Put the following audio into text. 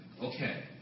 Okay